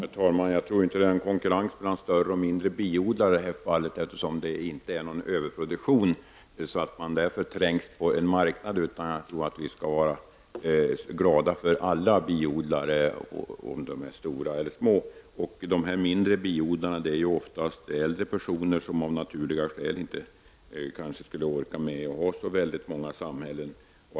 Herr talman! Jag tror inte att konkurrens mellan biodlare som bedriver sin verksamhet i liten resp. stor verksamhet förekommer eftersom det inte är någon överproduktion så att man därför trängs på marknaden. Jag tror att vi skall vara glada för alla biodlare, vare sig de bedriver sin verksamhet i stor eller liten skala. Det är oftast äldre personer som driver små biodlingar och av naturliga skäl inte skulle orka med att ha så många bisamhällen.